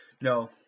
No